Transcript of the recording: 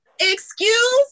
Excuse